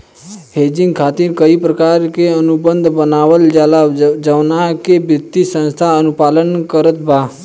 hedging खातिर कई प्रकार के अनुबंध बनावल जाला जवना के वित्तीय संस्था अनुपालन करत बा